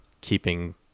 keeping